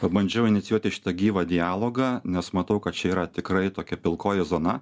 pabandžiau inicijuoti šitą gyvą dialogą nes matau kad čia yra tikrai tokia pilkoji zona